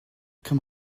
come